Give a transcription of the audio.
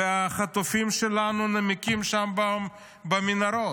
והחטופים שלנו נמקים שם במנהרות.